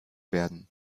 werden